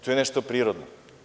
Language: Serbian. To je nešto prirodno.